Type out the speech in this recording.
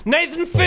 Nathan